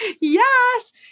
Yes